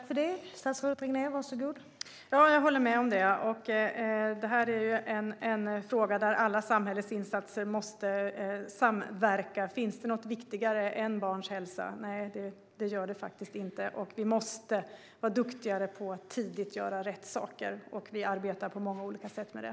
Fru talman! Jag håller med om det. Det här är en fråga där alla samhällets insatser måste samverka. Finns det något viktigare än barns hälsa? Nej, det gör det faktiskt inte. Vi måste vara duktigare på att tidigt göra rätt saker. Vi arbetar på många olika sätt med det.